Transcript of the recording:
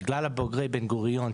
בגלל בוגרי בן גוריון,